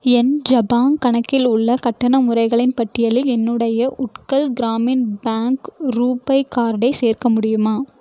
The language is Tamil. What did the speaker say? என் ஜபாங் கணக்கில் உள்ள கட்டண முறைகளின் பட்டியலில் என்னுடைய உட்கல் கிராமின் பேங்க் ரூபே கார்டை சேர்க்க முடியுமா